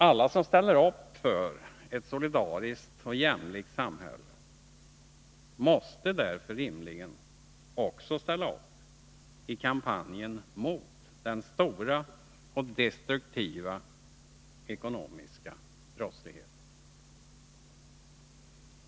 Alla som ställer upp för ett solidariskt och jämlikt samhälle måste därför rimligen också ställa upp i kampen mot den stora och destruktiva ekonomiska brottsligheten.